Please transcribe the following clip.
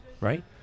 right